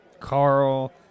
Carl